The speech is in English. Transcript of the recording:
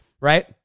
right